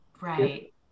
right